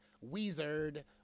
Wizard